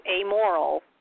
amoral